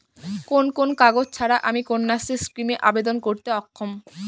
কোন কোন কাগজ ছাড়া আমি কন্যাশ্রী স্কিমে আবেদন করতে অক্ষম?